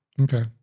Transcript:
Okay